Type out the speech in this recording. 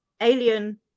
alien